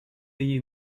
you